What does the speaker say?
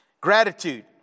Gratitude